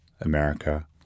America